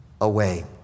away